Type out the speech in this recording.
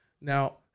Now